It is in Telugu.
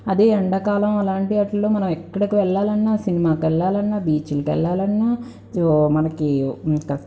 అది ఎండాకాలం అలాంటి వాటిల్లో మనం ఎక్కడికి వెళ్ళాలన్నా సినిమాకు వెళ్ళాలన్నా బీచ్లకి వెళ్ళాలన్నా సో మనకి